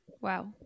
Wow